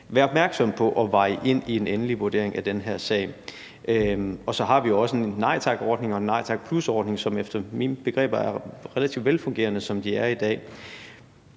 være opmærksomme på og veje ind i en endelig vurdering af den her sag. Og så har vi også en nej tak-ordning og en nej tak plus-ordning, som efter mine begreber er relativt velfungerende, som de er i dag.